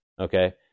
Okay